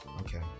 Okay